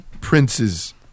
princes